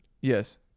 Yes